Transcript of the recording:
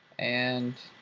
and